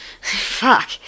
Fuck